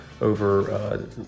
over